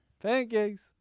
Pancakes